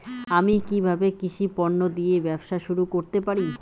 আমি কিভাবে কৃষি পণ্য দিয়ে ব্যবসা শুরু করতে পারি?